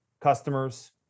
customers